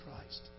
Christ